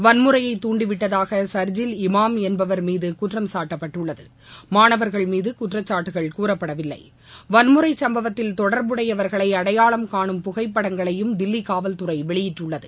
வன்முறையை தூண்டிவிட்டதாகசர்ஜில் இமாம் என்பவர் மீதுகுற்றம் சாட்டப்பட்டுள்ளது மாணவர்கள் மீதுகுற்றச்சாட்டுகள் கூறப்படவில்லை வள்முறைச்சம்பவத்தில் தொடர்புடையவர்களைஅடையாளம் காணும் புகைப்படங்களையும் தில்லிகாவல்துறைவெளியிட்டுள்ளது